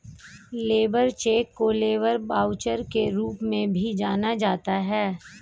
labour cheque को labour voucher के रूप में भी जाना जाता है